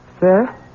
Sir